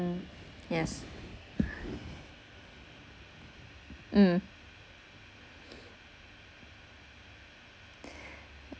mm yes mm